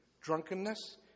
drunkenness